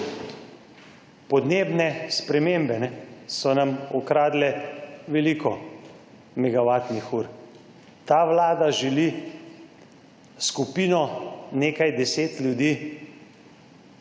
Podnebne spremembe so nam ukradle veliko megavatnih ur. Ta vlada želi s skupino nekaj deset ljudi